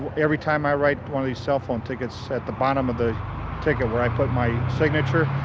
everytime i write one of these cellphone tickets, at the bottom of the ticket where i put my signature,